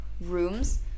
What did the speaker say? rooms